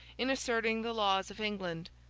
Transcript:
in asserting the laws of england.